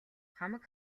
хамаг